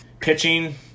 pitching